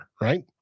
right